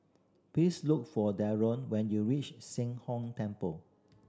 please look for Darold when you reach Sheng Hong Temple